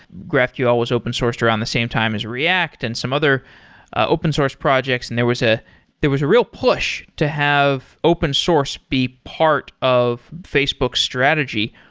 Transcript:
graphql was open sourced around the same time as react and some other ah open source projects, and there was ah there was a real push to have open source be part of facebook strategy.